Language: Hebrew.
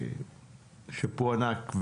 שאפו ענק.